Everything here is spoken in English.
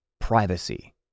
privacy